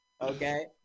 Okay